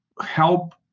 help